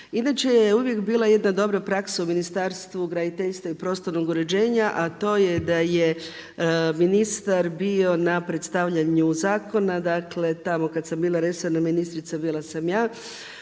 Inače je uvijek bila jedna dobra praksa u Ministarstvu graditeljstva i prostornog uređenja, a to je da je ministar bio na predstavljanju zakona dakle tamo kada sam bila resorna ministrica bila sam ja.